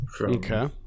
Okay